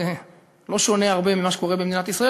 שזה לא שונה הרבה ממה שקורה במדינת ישראל,